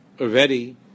already